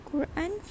Quran